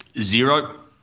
Zero